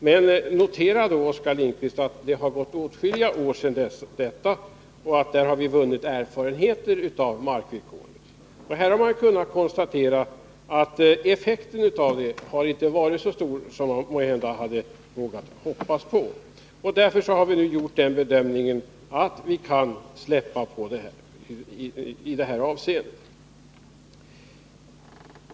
Men notera då, Oskar Lindkvist, att det har gått åtskilliga år sedan dess och att vi vunnit erfarenheter av markvillkoret. Vi har kunnat konstatera att effekten inte har varit så stor som man måhända hade vågat hoppas på. Därför har vi nu gjort den bedömningen att vi kan släppa efter på det här sättet.